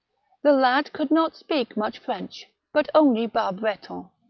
the lad could not speak much french, but only bas-breton.